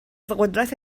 قدرت